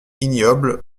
ignobles